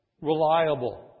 reliable